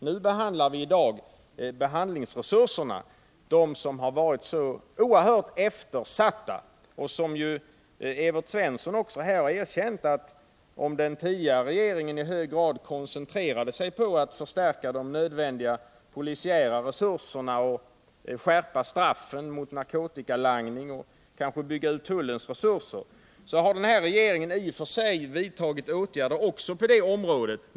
I dag gäller det behandlingsresurserna, som har varit så oerhört eftersatta, vilket Evert Svensson redan har erkänt. Om den tidigare regeringen i hög grad koncentrerade sig på att förstärka de nödvändiga polisiära resurserna och skärpa straffen för narkotikalangning samt kanske bygga ut tullens resurser, så har den här regeringen i och för sig också vidtagit åtgärder på det området.